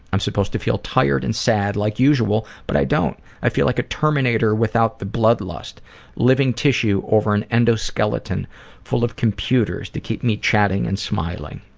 i'm supposed to feel tired and sad like usual but i don't. i feel like a terminator without the blood lust living tissue over an endoskeleton of computers to keep me chatting and smiling.